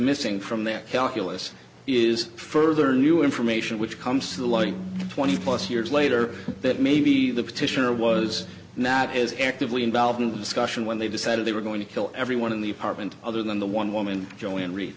missing from their calculus is further new information which comes to light twenty plus years later that maybe the petitioner was not is actively involved in discussion when they decided they were going to kill everyone in the apartment other than the one woman joanne r